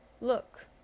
look